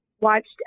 watched